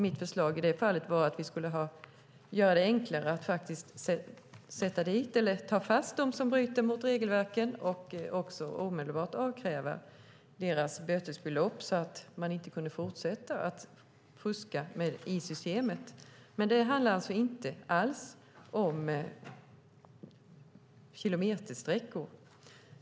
Mitt förslag i det fallet var att vi skulle göra det enklare att ta fast dem som bryter mot regelverken och omedelbart avkräva dem böter så att de inte kunde fortsätta att fuska i systemet. Det handlar dock inte alls om kilometersträckor.